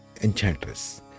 enchantress